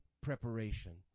preparation